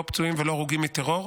לא פצועים ולא הרוגים מטרור.